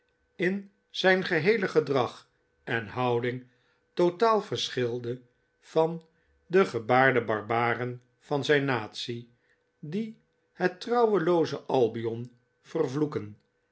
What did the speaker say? in zijn geheele gedrag en houding totaal verschilde van de gebaarde barbaren van zijn natie die het trouwelooze albion vervloeken